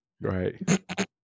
Right